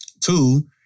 Two